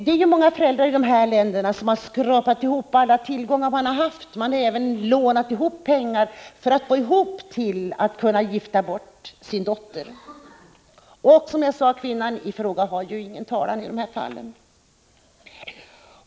Det är många föräldrar i de länder som vi här talar om som har skrapat ihop alla tillgångar de har haft och även lånat pengar för att kunna gifta bort sin dotter. Som jag sade har kvinnan i fråga ingen talan i dessa fall.